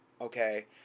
okay